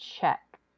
check